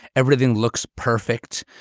everything looks perfect.